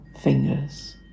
fingers